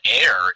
air